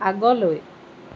আগলৈ